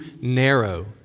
narrow